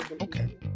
Okay